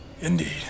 Indeed